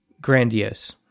grandiose